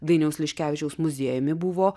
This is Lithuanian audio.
dainiaus liškevičiaus muziejumi buvo